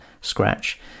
scratch